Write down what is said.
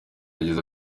yagize